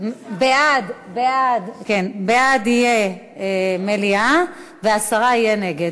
בעד יהיה מליאה, והסרה יהיה נגד.